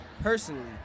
Personally